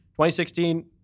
2016